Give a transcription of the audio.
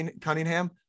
Cunningham